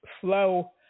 flow